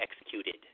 executed